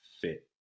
fit